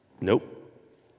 Nope